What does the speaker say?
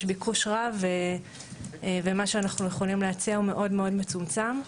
יש ביקוש רב ומה שאנחנו יכולים להציע הוא מאוד מאוד מצומצם.